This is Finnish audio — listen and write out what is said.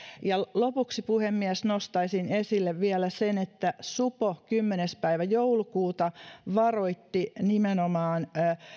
lopuksi puhemies nostaisin esille vielä sen että supo kymmenes päivä joulukuuta varoitti nimenomaan